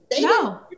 No